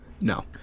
no